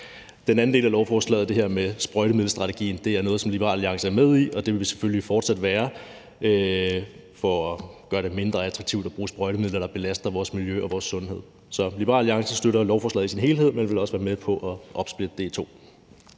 Den anden del af lovforslaget, det her med sprøjtemiddelstrategien, er noget, som Liberal Alliance er med i, og det vil vi selvfølgelig fortsat være – det er for at gøre det mindre attraktivt at bruge sprøjtemidler, der belaster vores miljø og vores sundhed. Så Liberal Alliance støtter lovforslaget i sin helhed, men vi vil også være med på at opsplitte det